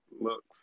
looks